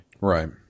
Right